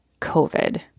COVID